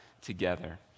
together